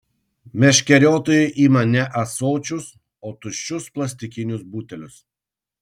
meškeriotojai ima ne ąsočius o tuščius plastikinius butelius